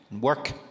work